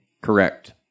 correct